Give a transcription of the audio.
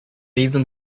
even